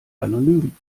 anonym